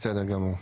בסדר גמור.